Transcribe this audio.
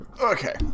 okay